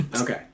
Okay